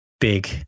big